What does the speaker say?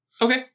Okay